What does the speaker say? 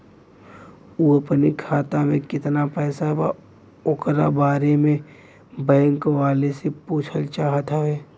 उ अपने खाते में कितना पैसा बा ओकरा बारे में बैंक वालें से पुछल चाहत हवे?